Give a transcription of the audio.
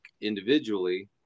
individually